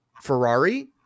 Ferrari